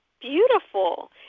beautiful